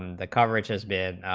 the coverage is dead,